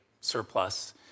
surplus